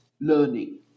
learning